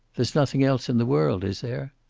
there's nothing else in the world, is there?